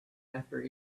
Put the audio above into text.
after